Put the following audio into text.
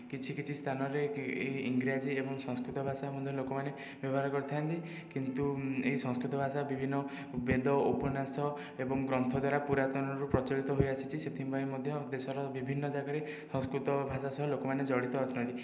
କିଛି କିଛି ସ୍ଥାନରେ ଏହି ଇଂରାଜୀ ଏବଂ ସଂସ୍କୃତ ଭାଷା ମଧ୍ୟ ଲୋକମାନେ ବ୍ୟବହାର କରିଥାନ୍ତି କିନ୍ତୁ ଏହି ସଂସ୍କୃତ ଭାଷା ବିଭିନ୍ନ ବେଦ ଉପନ୍ୟାସ ଏବଂ ଗ୍ରନ୍ଥ ଦ୍ୱାରା ପୁରାତନରୁ ପ୍ରଚଳିତ ହୋଇ ଆସିଛି ସେଥିପାଇଁ ମଧ୍ୟ ଦେଶର ବିଭିନ୍ନ ଜାଗାରେ ସଂସ୍କୃତ ଭାଷା ସହ ଲୋକମାନେ ଜଡ଼ିତ ଅଛନ୍ତି